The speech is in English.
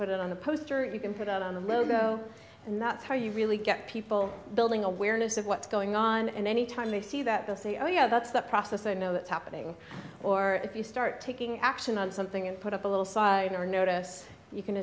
put it on the poster you can put on the logo and that's how you really get people building awareness of what's going on and any time they see that they'll say oh yeah that's the process i know it's happening or if you start taking action on something and put up a little sidebar notice you can